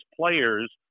players